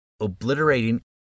obliterating